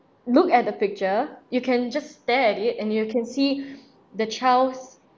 look at the picture you can just stare at it and you can see the child's